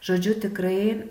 žodžiu tikrai